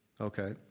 Okay